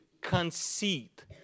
conceit